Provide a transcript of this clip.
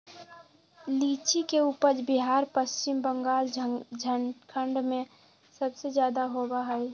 लीची के उपज बिहार पश्चिम बंगाल झारखंड में सबसे ज्यादा होबा हई